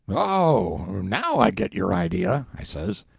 oh, now i get your idea, i says.